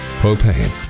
Propane